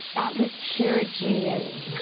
that was pure genius.